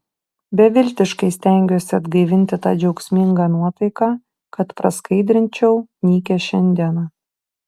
beviltiškai stengiuosi atgaivinti tą džiaugsmingą nuotaiką kad praskaidrinčiau nykią šiandieną